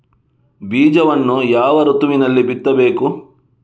ಬೀಜವನ್ನು ಯಾವ ಋತುವಿನಲ್ಲಿ ಬಿತ್ತಬೇಕು?